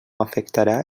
afectarà